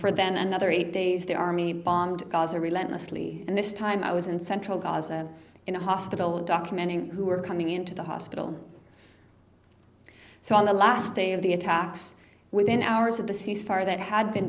for then another eight days the army bombed gaza relentlessly and this time i was in central gaza in a hospital documenting who were coming into the hospital so on the last day of the attacks within hours of the cease fire that had been